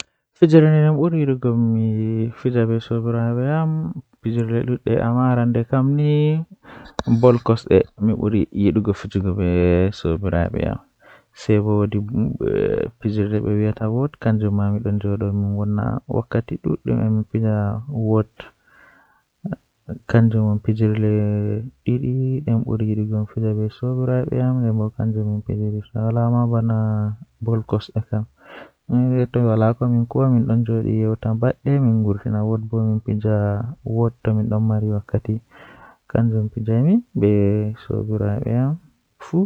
Haala jei mi yidi mi tokka wadugo haala man kanjum woni haala ceede mi waawan mi yewta haala ceede egaa fajjira haa jemma mi somata.